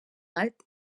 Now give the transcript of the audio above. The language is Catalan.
alt